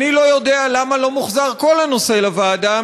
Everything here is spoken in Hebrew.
אני לא יודע למה לא מוחזר כל הנושא לוועדה,